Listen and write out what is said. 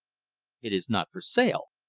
it is not for sale,